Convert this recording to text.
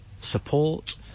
support